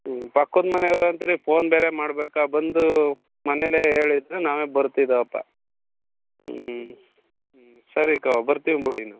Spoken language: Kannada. ಹ್ಞೂ ಪಕ್ಕದ ಮನೆಯವ್ರು ಅಂತೀರಿ ಫೋನ್ ಬೇರೆ ಮಾಡಬೇಕಾ ಬಂದು ಮನೆಲೇ ಹೇಳಿದ್ರೆ ನಾವೇ ಬರ್ತಿದ್ವಪ್ಪ ಹ್ಞೂ ಹ್ಞೂ ಸರಿ ಕ ಬರ್ತೀನಿ ಬಿಡಿ ನಾವು